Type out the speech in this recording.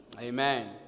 amen